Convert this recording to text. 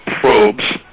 probes